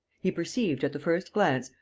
he perceived, at the first glance,